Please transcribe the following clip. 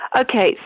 Okay